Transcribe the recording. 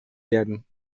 werden